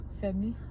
family